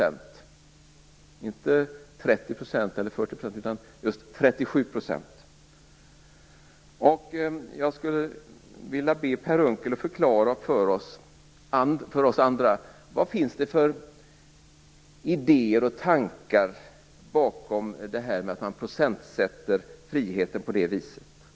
Det var inte 30 % eller 40 %, utan just 37 %. Jag skulle vilja be Per Unckel att förklara för oss andra vad det finns för idéer och tankar bakom att man procentsätter friheten på det viset.